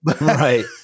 Right